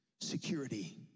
security